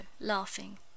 laughing